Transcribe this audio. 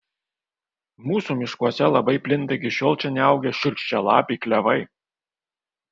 mūsų miškuose labai plinta iki šiol čia neaugę šiurkščialapiai klevai